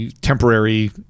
temporary